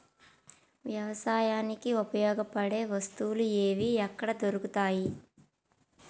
వ్యవసాయానికి ఉపయోగపడే వస్తువులు ఏవి ఎక్కడ దొరుకుతాయి?